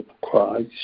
Christ